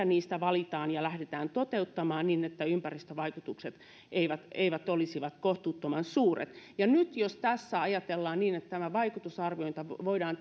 niistä valitaan ja lähdetään toteuttamaan niin että ympäristövaikutukset eivät eivät olisi kohtuuttoman suuret ja nyt jos tässä ajatellaan niin että tämä vaikutusarviointi voidaan